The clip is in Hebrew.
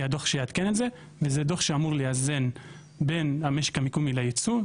יהיה דוח שיעדכן את זה וזה דוח שאמור לאזן בין המשק המקומי לייצוא.